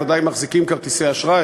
בוודאי מחזיקים כרטיסי אשראי.